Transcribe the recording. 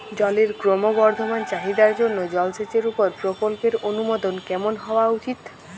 জলের ক্রমবর্ধমান চাহিদার জন্য জলসেচের উপর প্রকল্পের অনুমোদন কেমন হওয়া উচিৎ?